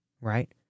right